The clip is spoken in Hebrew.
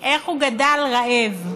איך הוא גדל רעב.